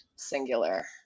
Singular